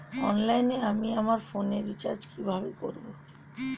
অনলাইনে আমি আমার ফোনে রিচার্জ কিভাবে করব?